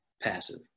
passive